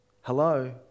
Hello